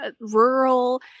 rural